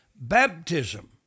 baptism